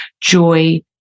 joy